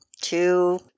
two